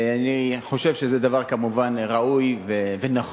אני חושב שזה כמובן דבר ראוי ונכון,